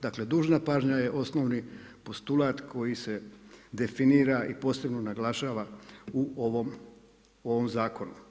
Dakle dužna pažnja je osnovni postulat koji se definira i posebno naglašava u ovom zakonu.